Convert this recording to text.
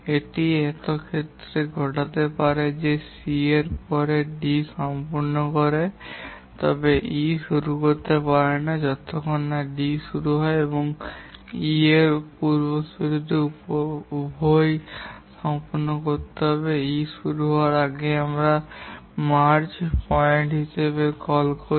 এটি এতক্ষণে ঘটতে পারে যে সি এর পরে ডি সম্পূর্ণ করে তবে E শুরু করতে পারে না যতক্ষণ না D শুরু হয় E এর পূর্বসূরীদের উভয়ই সম্পন্ন করতে হবে E শুরু হওয়ার আগেই এবং আমরা মার্জ পয়েন্ট হিসাবে কল করি